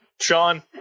Sean